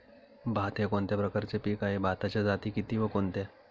भात हे कोणत्या प्रकारचे पीक आहे? भाताच्या जाती किती व कोणत्या?